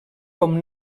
com